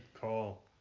call